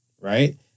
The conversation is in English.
Right